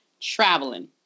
traveling